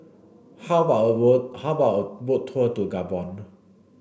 how about a how about a boat tour to Gabon